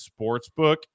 sportsbook